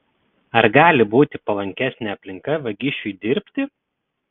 ar gali būti palankesnė aplinka vagišiui dirbti